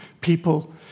people